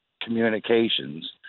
communications